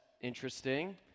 interesting